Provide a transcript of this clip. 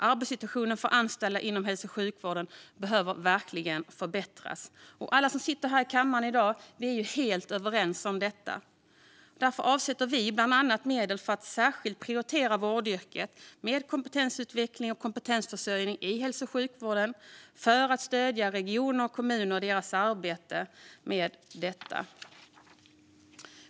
Arbetssituationen för de anställda i hälso och sjukvården behöver verkligen förbättras. Alla som sitter här i kammaren i dag är helt överens om detta. Därför avsätter vi bland annat medel för att särskilt prioritera vårdyrket med kompetensutveckling och kompetensförsörjning i hälso och sjukvården för att stödja regioner och kommuner i deras arbete med detta.